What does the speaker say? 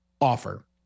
offer